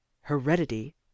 heredity